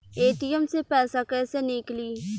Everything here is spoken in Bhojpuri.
ए.टी.एम से पैसा कैसे नीकली?